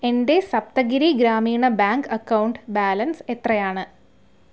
എൻ്റെ Saptagiri Grameena bank account balance എത്രയാണ്